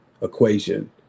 equation